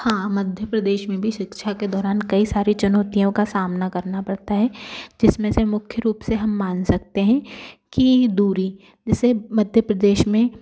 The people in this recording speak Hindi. हाँ मध्य प्रदेश में भी शिक्षा के दौरान कई सारी चुनौतियों का सामना करना पड़ता है जिसमें से मुख्य रूप से हम मान सकते हैं कि दूरी जिसे मध्य प्रदेश में